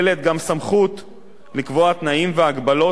לקבוע תנאים והגבלות להשתתפות בהליך התחרותי.